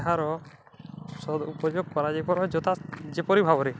ଏହାର ସଦ୍ଉପଯୋଗ କରାଯାଇପାରିବ ଯଥା ଯେପରି ଭାବରେ